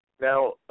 Now